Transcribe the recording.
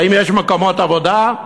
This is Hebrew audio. האם יש מקומות עבודה?